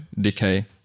decay